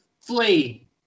Flee